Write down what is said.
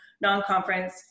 non-conference